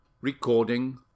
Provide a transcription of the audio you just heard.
Recording